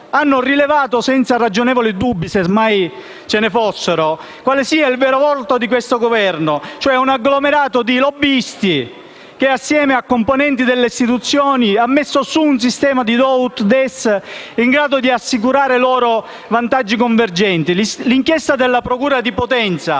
hanno rilevato senza ragionevoli dubbi, se mai ce ne fossero, quale sia il vero volto di questo Governo, e cioè un agglomerato di lobbisti che, assieme a componenti delle istituzioni, ha messo su un sistema di *do ut des* in grado di assicurare loro vantaggi convergenti. L'inchiesta della procura di Potenza